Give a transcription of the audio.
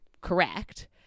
correct